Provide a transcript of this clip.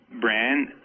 brand